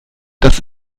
das